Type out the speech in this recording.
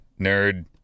nerd